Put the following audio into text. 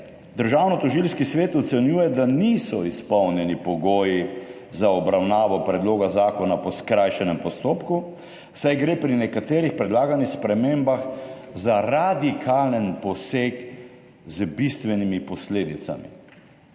Državnotožilski svet ocenjuje, da niso izpolnjeni pogoji za obravnavo predloga zakona po skrajšanem postopku, saj gre pri nekaterih predlaganih spremembah za radikalen poseg z bistvenimi posledicami.